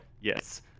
Yes